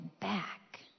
back